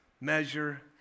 measure